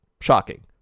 Shocking